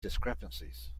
discrepancies